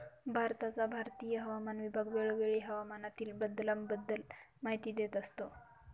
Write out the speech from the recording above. भारताचा भारतीय हवामान विभाग वेळोवेळी हवामानातील बदलाबद्दल माहिती देत असतो